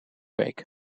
week